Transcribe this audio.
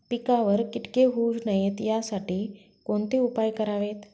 पिकावर किटके होऊ नयेत यासाठी कोणते उपाय करावेत?